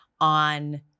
on